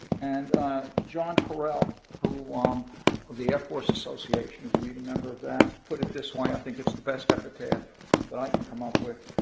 and john correll, who um the air force association, he's a leading member of that, put it this way, i think it's the best epitaph that i can come up with.